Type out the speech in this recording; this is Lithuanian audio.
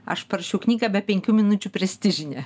aš parašiau knygą be penkių minučių prestižinė